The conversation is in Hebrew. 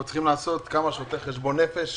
אנחנו צריכים לעשות כמה שיותר חשבון נפש